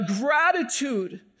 gratitude